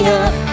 up